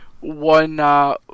one